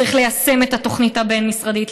צריך ליישם את התוכנית הבין-משרדית,